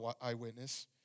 eyewitness